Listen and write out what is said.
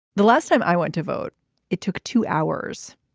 the last time i went to vote it took two hours.